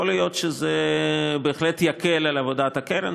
יכול להיות שזה בהחלט יקל את עבודת הקרן,